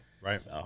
right